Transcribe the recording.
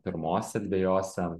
pirmose dvejose